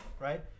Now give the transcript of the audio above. right